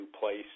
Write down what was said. place